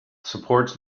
supports